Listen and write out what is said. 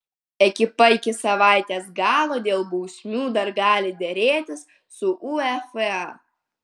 ekipa iki savaitės galo dėl bausmių dar gali derėtis su uefa